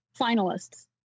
finalists